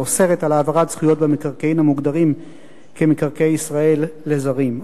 האוסרת העברת זכויות במקרקעין המוגדרים כמקרקעי ישראל לזרים.